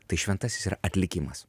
tai šventasis yra atlikimas